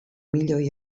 milioi